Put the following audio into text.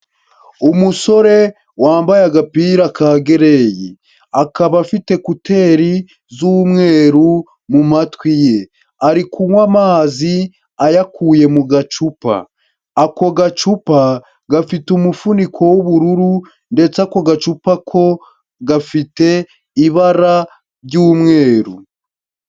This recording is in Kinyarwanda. Umusore wambaye agapira ka gereyi, akaba afite kuteri z'umweru mu matwi ye, ari kunywa amazi ayakuye mu gacupa. Ako gacupa gafite umufuniko w'ubururu ndetse ako gacupa ko gafite ibara ry'umweru.